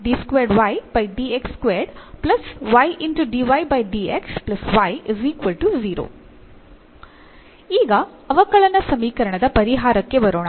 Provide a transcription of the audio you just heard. ಈಗ ಅವಕಲನ ಸಮೀಕರಣದ ಪರಿಹಾರಕ್ಕೆ ಬರೋಣ